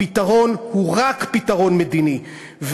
הפתרון הוא רק פתרון מדיני.